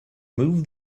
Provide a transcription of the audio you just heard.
move